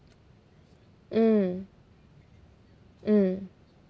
mm mm